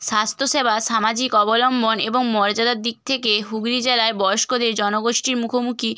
স্বাস্থ্যসেবা সামাজিক অবলম্বন এবং মর্যাদার দিক থেকে হুগলি জেলায় বয়স্কদের জনগোষ্ঠীর মুখোমুখি